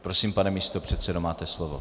Prosím, pane místopředsedo, máte slovo.